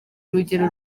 urugero